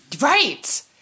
Right